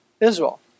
Israel